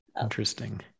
interesting